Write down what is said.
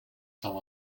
cent